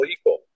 equal